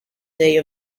day